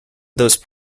those